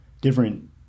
different